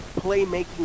playmaking